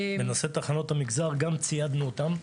בנושא תחנות המגזר ציידנו גם אותן.